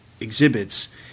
exhibits